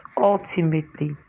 ultimately